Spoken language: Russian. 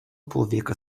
полвека